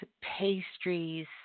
pastries